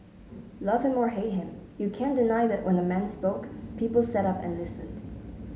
love him or hate him you can't deny that when the man spoke people sat up and listened